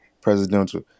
presidential